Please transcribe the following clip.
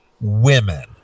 women